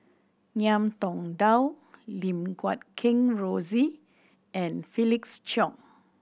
Ngiam Tong Dow Lim Guat Kheng Rosie and Felix Cheong